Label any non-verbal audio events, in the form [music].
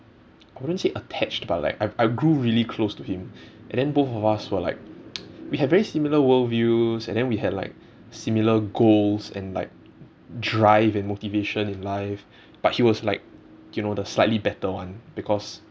I wouldn't say attached but like I I grew really close to him and then both of us were like [noise] we had very similar world views and then we had like similar goals and like drive and motivation in life but he was like you know the slightly better one because